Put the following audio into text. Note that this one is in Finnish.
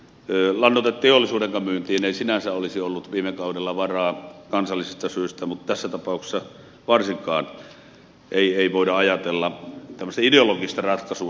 lannoiteteollisuudenkaan myyntiin ei sinänsä olisi ollut viime kaudella varaa kansallisista syistä mutta tässä tapauksessa varsinkaan ei voida ajatella tämmöistä ideologista ratkaisua